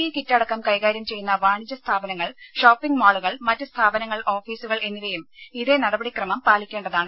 E kit അടക്കം കൈകാര്യം ചെയ്യുന്ന വാണിജ്യ സ്ഥാപനങ്ങൾ ഷോപ്പിംഗ് മാളുകൾ മറ്റ് സ്ഥാപനങ്ങൾ ഓഫീസുകൾ എന്നിവയും ഇതേ നടപടിക്രമം പാലിക്കേണ്ടതാണ്